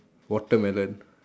watermelon